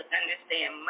understand